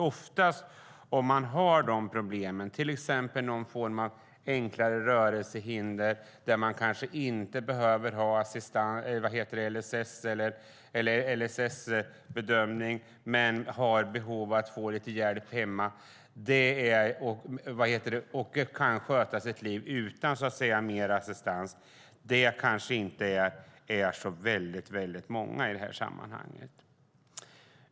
Antalet personer med till exempel någon form av enklare rörelsehinder, där de kanske inte behöver få en LSS-bedömning men har behov av lite hjälp hemma för att sköta sitt liv utan mycket assistans, är inte så väldigt stort.